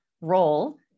role